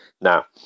now